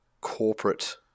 corporate